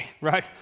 Right